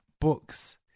books